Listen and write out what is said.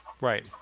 right